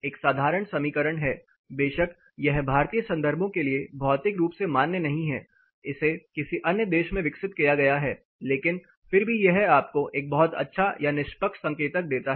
एक साधारण समीकरण है बेशक यह भारतीय संदर्भों के लिए भौतिक रूप से मान्य नहीं है इसे किसी अन्य देश में विकसित किया गया है लेकिन फिर भी यह आपको एक बहुत अच्छा या निष्पक्ष संकेतक देता है